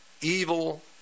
evil